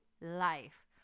life